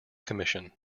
commission